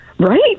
Right